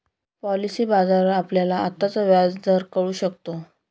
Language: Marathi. पॉलिसी बाजारावर आपल्याला आत्ताचा व्याजदर कळू शकतो